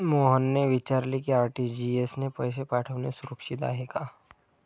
मोहनने विचारले की आर.टी.जी.एस ने पैसे पाठवणे सुरक्षित आहे का?